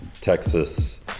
Texas